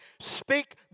speak